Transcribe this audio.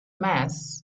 mass